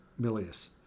Milius